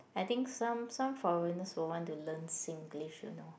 I think some some foreigners will want to learn Singlish you know